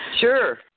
Sure